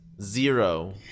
zero